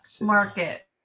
Market